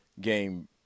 game